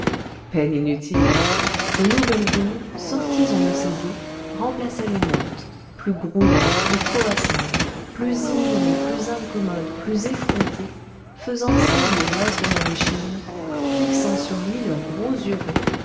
peine inutile de nouvelles venues sorties on ne sait d'où remplaçaient les mortes plus grouillantes plus coassantes plus immondes plus incommodes plus effrontées faisant saillir l'os de leur échine fixant sur lui leurs gros yeux ronds